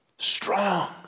Strong